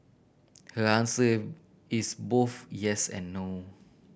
her answer is both yes and no